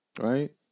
Right